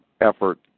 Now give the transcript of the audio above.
effort